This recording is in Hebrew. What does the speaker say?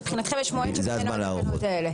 מבחינתכם יש מועד אחד שממנו יתחילו התקנות האלה.